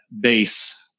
base